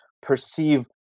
perceive